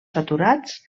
saturats